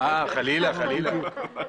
חלילה, חלילה.